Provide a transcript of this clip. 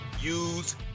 use